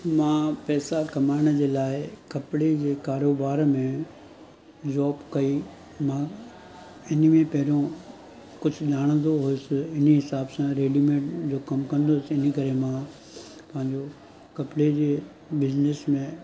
मां पैसा कमाइण जे लाइ कपिड़े जे कारोबार में जॉब कई मां हिन में पहिरियों कुझु ॼाणंदो हुअसि हिन हिसाब सां रेडीमेड जो कमु कंदो हुअसि इनकरे मां पंहिंजो कपिड़े जे बिज़निस में